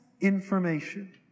information